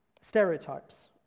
stereotypes